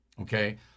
okay